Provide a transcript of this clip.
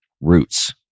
Roots